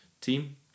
team